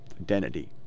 identity